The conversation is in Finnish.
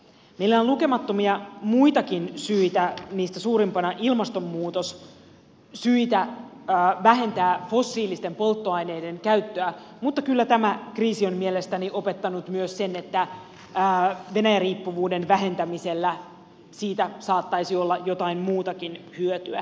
meillä on lukemattomia muitakin syitä niistä suurimpana ilmastonmuutos vähentää fossiilisten polttoaineiden käyttöä mutta kyllä tämä kriisi on mielestäni opettanut myös sen että venäjä riippuvuuden vähentämisestä saattaisi olla jotain muutakin hyötyä